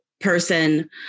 person